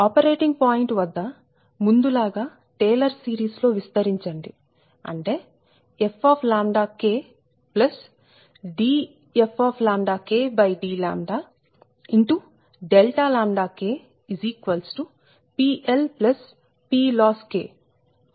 operating point వద్ద ముందు లాగా టేలర్ సీరీస్ లో విస్తరించండి అంటే fKdfdλKPLPLossK